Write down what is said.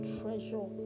treasure